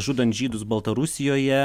žudant žydus baltarusijoje